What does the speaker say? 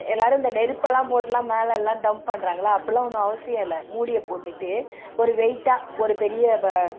எல்லோரும் இந்த நெருப்பைலாம் போட்டுலாம் மேலேல்லாம் தம் பண்ணுறாங்கள அப்படிலாம் ஒன்றும் அவசியம் இல்லை மூடியை போட்டுட்டு ஒரு வெயிட்டாக ஒரு பெரிய ப